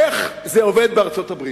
איך זה עובד בארצות-הברית,